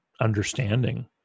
understanding